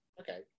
Okay